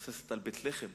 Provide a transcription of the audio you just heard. מבוססת על בית-לחם.